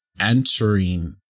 entering